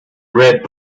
red